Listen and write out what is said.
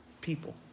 people